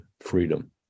freedom